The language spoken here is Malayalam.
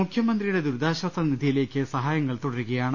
മുഖ്യമന്ത്രിയുടെ ദുരിതാശ്ചാസനിധിയിലേക്ക് സഹായങ്ങൾ തുടരു കയാണ്